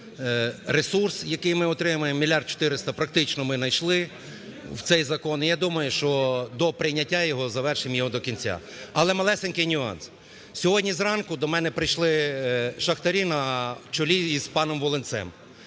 ресурс, який ми отримаємо, 1 мільярд 400, практично ми найшли в цей закон. Я думаю, що до прийняття його завершимо його до кінця. Але малесенький нюанс. Сьогодні зранку до мене прийшли шахтарі на чолі з паном Волинцем,